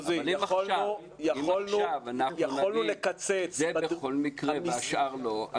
אם עכשיו אנחנו נגיד שזה בכל מקרה והשאר לא,